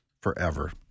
forever